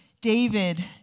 David